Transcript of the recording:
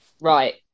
Right